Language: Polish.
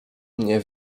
nie